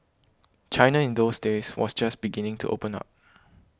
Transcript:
China in those days was just beginning to open up